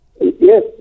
Yes